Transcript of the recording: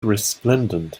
resplendent